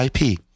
IP